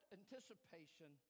anticipation